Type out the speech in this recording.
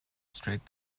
straight